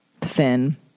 thin